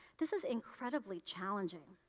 this is incredibly challenging,